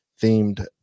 themed